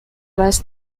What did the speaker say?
است